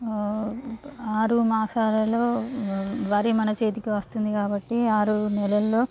ఆరు మాసాలలో వరి మన చేతికి వస్తుంది కాబట్టి ఆరు నెలల్లో